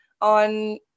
on